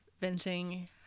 venting